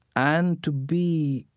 and to be,